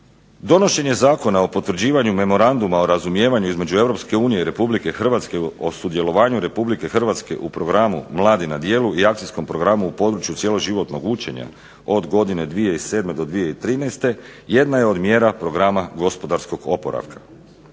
Donošenje Zakona o potvrđivanju Memoranduma o razumijevanju između Europske unije i Republike Hrvatske o sudjelovanju Republike Hrvatske u Programu mladi na djelu i akcijskom programu u području cjeloživotnog učenja od godine 2007. do 2013. jedna je od mjera Programa gospodarskog oporavka.